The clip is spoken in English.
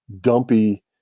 dumpy